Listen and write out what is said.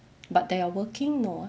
but they are working no ah